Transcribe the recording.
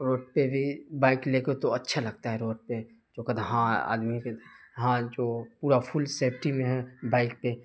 road پہ بھی bike لے کے تو اچھا لگتا ہے روڈ پہ جو کہتا ہے ہاں آدمی بھی ہاں جو پورا پھل سیپٹی میں ہے بائک پہ